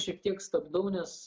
šiek tiek stabdau nes